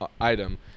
item